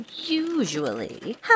usually